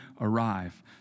arrive